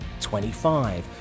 25